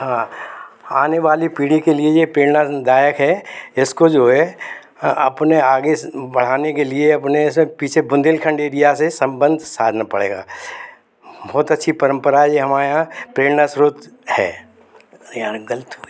हाँ आने वाली पीढ़ी के लिए ये प्रेरणादायक है इसको जो है अ अपने आगे स बढ़ाने के लिए अपने से पीछे बुंदेलखंड एरिया से संबंध साधना पड़ेगा बहुत अच्छी परम्परा है ये हमारे यहाँ प्रेरणा स्रोत है यहाँ गलत हो गया